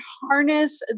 harness